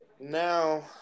now